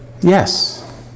yes